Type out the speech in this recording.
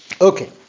okay